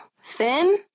Finn